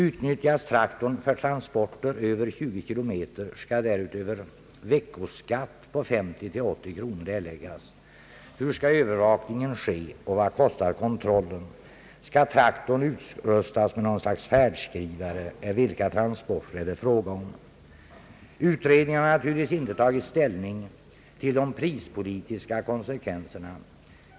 Utnyttjas traktorn för transporter över 20 km skall därutöver veckoskatt på 50—80 kronor erläggas. Hur skall övervakningen ske — och vad kostar kontrollen? Skall traktorn utrustas med något slags färdskrivare — eller vilka transporter är det fråga om? Utredningen har naturligtvis inte tagit ställning till de prispolitiska konsekvenserna.